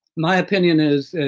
my opinion is